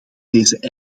deze